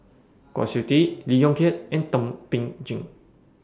Kwa Siew Tee Lee Yong Kiat and Thum Ping Tjin